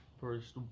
first